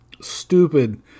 stupid